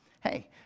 hey